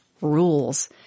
rules